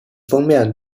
封面